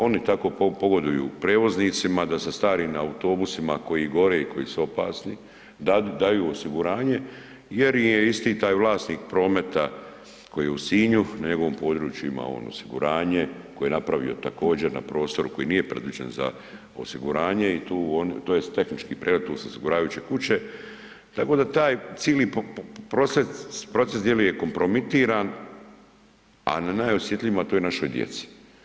Oni tako pogoduju prevoznicima da se starim autobusima koji gore, koji su opasni daju osiguranje jer im je isti taj vlasnik Prometa koji je u Sinju u njegovom području ima on osiguranje koje je napravio također na prostoru koji nije predviđen za osiguranje tj. tehnički pregled tu su osiguravajuće kuće, tako da taj cili proces djeluje kompromitiran, a na najosjetljivijima, a to je našoj djeci.